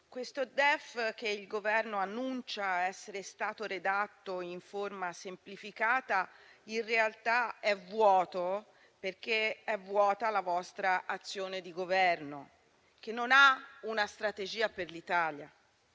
questo DEF, che il Governo annuncia essere stato redatto in forma semplificata, in realtà è vuoto perché è vuota la vostra azione di Governo, che non ha una strategia per l'Italia.